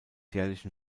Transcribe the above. jährlichen